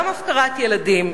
גם הפקרת ילדים.